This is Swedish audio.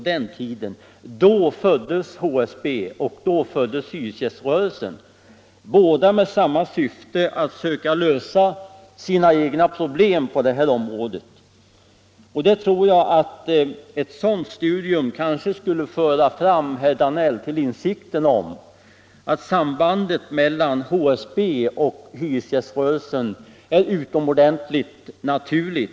Då föddes HSB, då föddes hyresgäströrelsen — båda med samma syfte: att söka lösa problemen på det här området. Ett studium av den historien skulle kanske föra fram herr Danell till insikt om att sambandet och samarbetet mellan HSB och hyresgäströrelsen är utomordentligt naturligt.